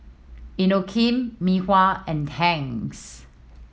Inokim Mei Hua and Tangs